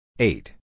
Eight